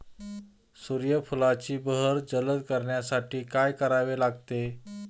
सूर्यफुलाची बहर जलद करण्यासाठी काय करावे लागेल?